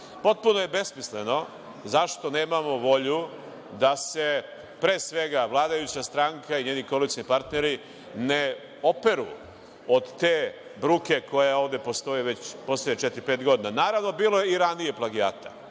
svi. Potpuno je besmisleno zašto nemamo volju da se pre svega vladajuća stranka i njeni koalicioni partneri ne operu od te bruke koja ovde postoji poslednjih četiri, pet godina. Naravno, bilo je i ranije plagijata,